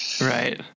Right